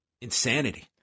insanity